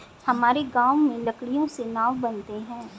हमारे गांव में लकड़ियों से नाव बनते हैं